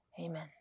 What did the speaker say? amen